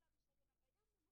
אוקיי.